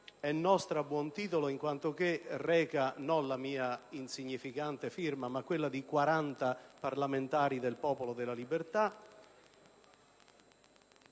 nostro a buon titolo, in quanto reca non solo la mia insignificante firma, ma quella di 40 parlamentari del Popolo della Libertà